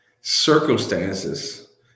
circumstances